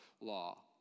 law